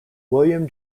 william